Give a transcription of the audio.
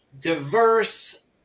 diverse